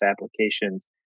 applications